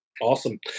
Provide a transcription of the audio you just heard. Awesome